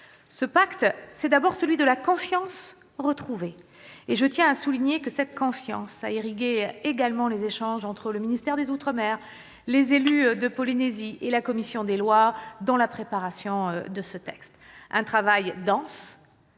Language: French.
Ce pacte, c'est d'abord celui de la confiance retrouvée, et je tiens à souligner que cette confiance a également irrigué les échanges entre le ministère des outre-mer, les élus de Polynésie et la commission des lois dans la préparation de ce texte. Un travail dense,